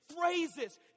phrases